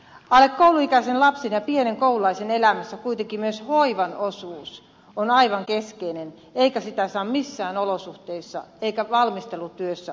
alle kouluikäisen lapsen ja pienen koululaisen elämässä kuitenkin myös hoivan osuus on aivan keskeinen eikä sitä saa missään olosuhteissa eikä valmistelutyössä unohtaa